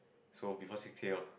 so before six K lor